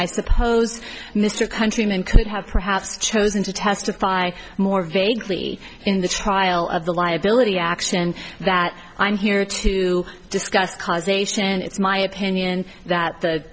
i suppose mr countryman could have perhaps chosen to testify more vaguely in the trial of the liability action that i'm here to discuss causation it's my opinion that the